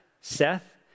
Seth